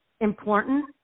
important